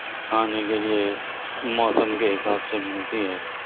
کھانے کے لیے موسم کے حساب سے ملتی ہیں